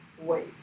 wait